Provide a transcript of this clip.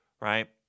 right